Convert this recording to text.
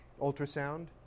ultrasound